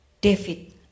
David